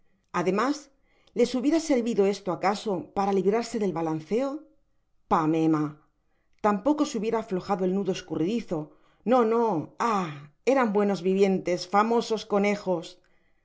además les hubiera servido esto acaso para librarse del balanceo pamema tampoco se hubiera aflojado el nudo escurridizo no no ah eran buenos vivientes famosos conejos